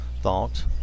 thought